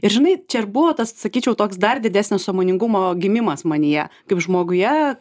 ir žinai čia ir buvo tas sakyčiau toks dar didesnio sąmoningumo gimimas manyje kaip žmoguje